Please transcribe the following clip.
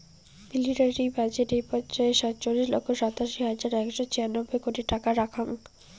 military budget এ পর্যায়ে সাতচল্লিশ লক্ষ সাতাশি হাজার একশো ছিয়ানব্বই কোটি টাকা রাখ্যাং